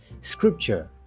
scripture